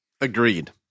Agreed